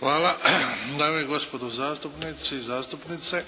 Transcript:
Hvala. Dame i gospodo zastupnici i zastupnice.